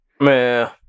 man